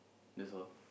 that's all